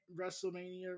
wrestlemania